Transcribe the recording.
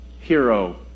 hero